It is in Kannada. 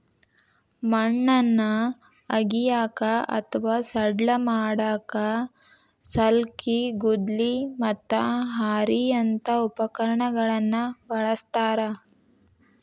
ಮಣ್ಣನ್ನ ಅಗಿಯಾಕ ಅತ್ವಾ ಸಡ್ಲ ಮಾಡಾಕ ಸಲ್ಕಿ, ಗುದ್ಲಿ, ಮತ್ತ ಹಾರಿಯಂತ ಉಪಕರಣಗಳನ್ನ ಬಳಸ್ತಾರ